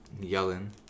yelling